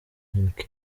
into